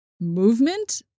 movement